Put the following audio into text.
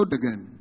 again